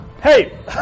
Hey